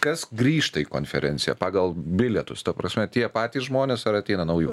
kas grįžta į konferenciją pagal bilietus ta prasme tie patys žmonės ar ateina naujų